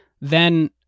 Then-